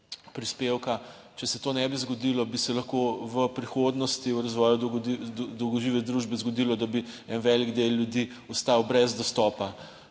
prispevka, če se to ne bi zgodilo, bi se lahko v prihodnosti v razvoju dolgožive družbe zgodilo, da bi en velik del ljudi ostal brez dostopa